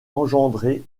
engendré